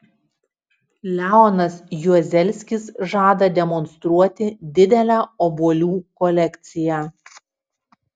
leonas juozelskis žada demonstruoti didelę obuolių kolekciją